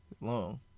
Long